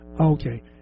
Okay